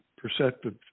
perceptive